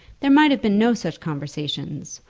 there might have been no such conversations,